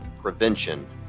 prevention